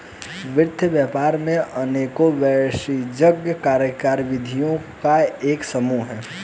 वित्त व्यापार अनेकों वाणिज्यिक कार्यविधियों का एक समूह है